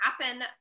happen